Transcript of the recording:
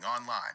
online